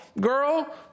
Girl